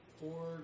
four